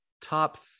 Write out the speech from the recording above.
top